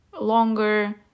longer